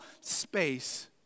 space